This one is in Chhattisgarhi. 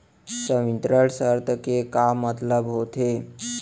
संवितरण शर्त के का मतलब होथे?